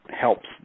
helps